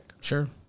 Sure